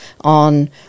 on